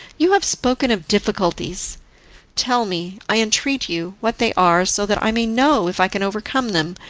you have spoken of difficulties tell me, i entreat you, what they are, so that i may know if i can overcome them,